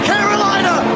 Carolina